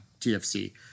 TFC